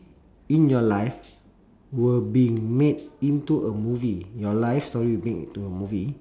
in your life you're being made into a movie your life story will make into a movie